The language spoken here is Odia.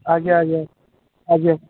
ଆଜ୍ଞା ଆଜ୍ଞା ଆଜ୍ଞା